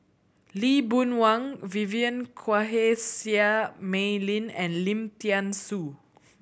Lee Boon Wang Vivien Quahe Seah Mei Lin and Lim Thean Soo